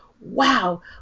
wow